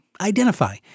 Identify